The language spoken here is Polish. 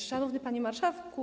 Szanowny Panie Marszałku!